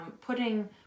putting